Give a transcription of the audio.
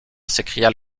s’écria